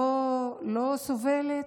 לא סובלת,